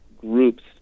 groups